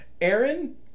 Aaron